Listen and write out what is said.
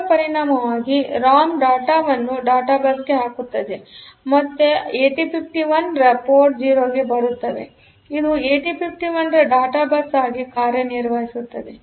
ಇದರ ಪರಿಣಾಮವಾಗಿ ರಾಮ್ ಡೇಟಾವನ್ನು ಡೇಟಾ ಬಸ್ ಗೆಹಾಕುತ್ತದೆಮತ್ತು ಅವುಮತ್ತೆ 8051 ರ ಪೋರ್ಟ್ 0 ಗೆ ಬರುತ್ತವೆಇದು 8051 ರ ಡೇಟಾ ಬಸ್ ಆಗಿ ಕಾರ್ಯನಿರ್ವಹಿಸುತ್ತಿದೆ